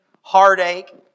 heartache